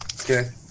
Okay